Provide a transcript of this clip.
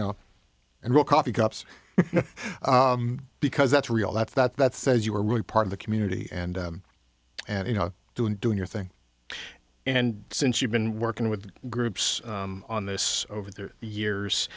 know and real coffee cups because that's real that's that that says you are really part of the community and and you know doing doing your thing and since you've been working with groups on this over the years